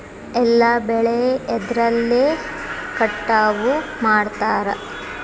ಎಲ್ಲ ಬೆಳೆ ಎದ್ರಲೆ ಕಟಾವು ಮಾಡ್ತಾರ್?